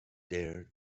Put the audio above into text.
there